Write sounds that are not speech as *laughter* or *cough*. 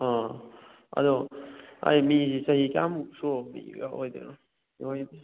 ꯑꯥ ꯑꯗꯣ ꯍꯥꯏꯔꯤ ꯃꯤꯁꯤ ꯆꯍꯤ ꯀꯌꯥꯃꯨꯛ ꯁꯨꯔꯕ ꯃꯤꯒ ꯑꯣꯏꯗꯣꯏꯅꯣ *unintelligible*